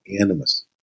animus